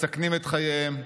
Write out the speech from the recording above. מסכנים את חייהם.